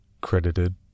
Credited